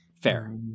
fair